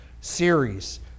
series